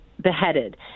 beheaded